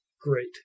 great